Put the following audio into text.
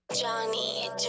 Johnny